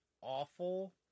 awful